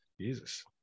Jesus